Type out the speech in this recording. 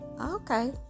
okay